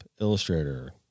Illustrator